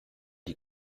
die